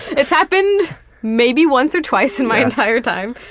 it's happened maybe once or twice in my entire time.